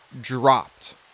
dropped